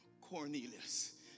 Cornelius